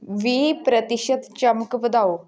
ਵੀਹ ਪ੍ਰਤੀਸ਼ਤ ਚਮਕ ਵਧਾਓ